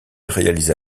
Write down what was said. réalisa